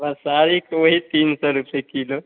बसारी का वही तीन सौ रुपए किलो